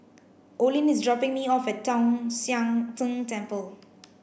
Olene is dropping me off Tong Sian Tng Temple